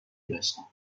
داشتم